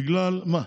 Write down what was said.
בגלל מה?